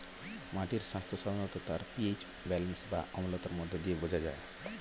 মাটির স্বাস্থ্য সাধারণত তার পি.এইচ ব্যালেন্স বা অম্লতার মধ্য দিয়ে বোঝা যায়